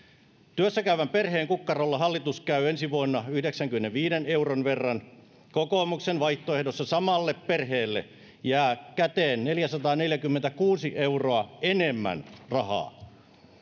työssäkäyvän perheen kukkarolla hallitus käy ensi vuonna yhdeksänkymmenenviiden euron verran kokoomuksen vaihtoehdossa samalle perheelle jää käteen neljäsataaneljäkymmentäkuusi euroa enemmän rahaa